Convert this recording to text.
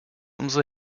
umso